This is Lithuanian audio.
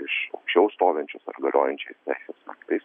iš aukščiau stovinčios ar galiojančiais teisės aktais